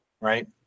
right